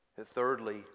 Thirdly